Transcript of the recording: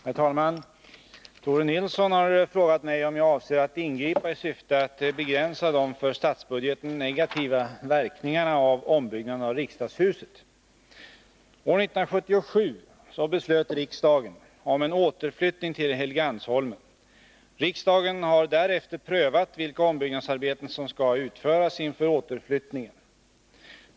Herr talman! Tore Nilsson har frågat mig om jag avser att ingripa i syfte att begränsa de för statsbudgeten negativa verkningarna av ombyggnaden av riksdagshuset. År 1977 beslöt riksdagen om återflyttning till Helgeandsholmen. Riksdagen har därefter prövat vilka ombyggnadsarbeten som skall utföras inför flyttningen.